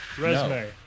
Resume